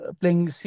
playing